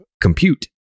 compute